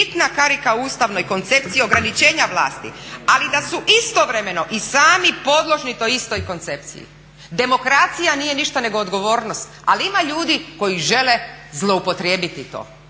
da su bitna karika u ustavnoj koncepciji ograničenja vlasti, ali da su istovremeno i sami podložni toj istoj koncepciji. Demokracija nije ništa nego odgovornost ali ima ljudi koji žele zloupotrijebiti to,